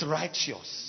righteous